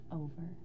over